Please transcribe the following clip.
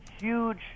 huge